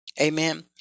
Amen